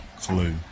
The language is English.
clue